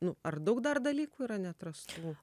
nu ar daug dar dalykų yra neatrastų